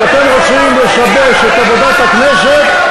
אם אתם רוצים לשבש את עבודת הכנסת,